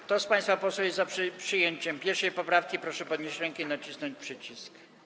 Kto z państwa posłów jest za przyjęciem 1. poprawki, proszę podnieść rękę i nacisnąć przycisk.